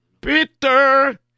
Peter